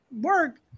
work